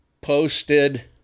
posted